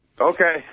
Okay